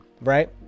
right